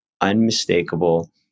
unmistakable